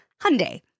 Hyundai